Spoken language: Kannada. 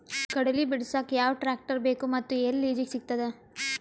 ಕಡಲಿ ಬಿಡಸಕ್ ಯಾವ ಟ್ರ್ಯಾಕ್ಟರ್ ಬೇಕು ಮತ್ತು ಎಲ್ಲಿ ಲಿಜೀಗ ಸಿಗತದ?